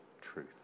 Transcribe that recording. truth